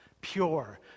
pure